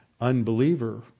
unbeliever